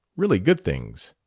really good things.